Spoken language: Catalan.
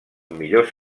millors